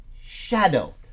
shadow